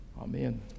Amen